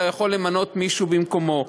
אלא יכול למנות מישהו במקומו.